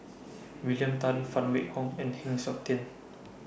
William Tan Phan Wait Hong and Heng Siok Tian